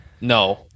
No